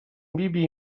bibi